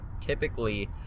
typically